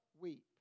weep